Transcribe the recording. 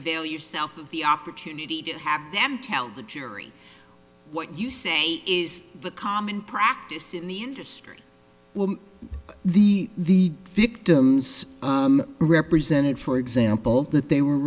avail yourself of the opportunity to have them tell the jury what you say is the common practice in the industry the victims represented for example that they were